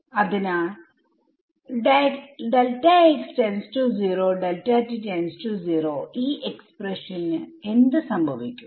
അതിനാൽഈ എക്സ്പ്രഷന് എന്ത് സംഭവിക്കും